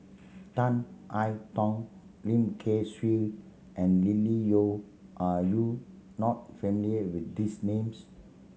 Tan I Tong Lim Kay Siu and Lily Neo are you not familiar with these names